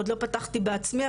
עוד לא פתחתי בעצמי,